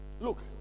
Look